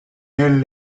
nel